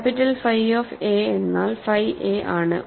capital phi of A എന്നാൽ phi A ആണ്